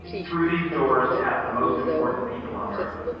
through these doors pass the most important people on earth,